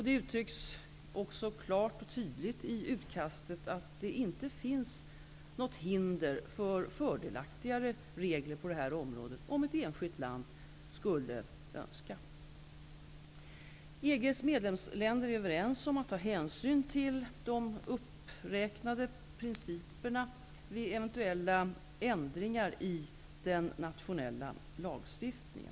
Det uttrycks också klart och tydligt i utkastet att det inte finns något hinder för fördelaktigare regler på detta område om ett enskilt land så skulle önska. EG:s medlemsländer är överens om att ta hänsyn till de uppräknade principerna vid eventuella ändringar i den nationella lagstiftningen.